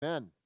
Amen